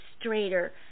straighter